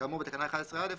כאמור בתקנה 11א,